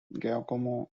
giacomo